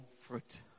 fruit